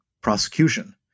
prosecution